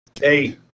Hey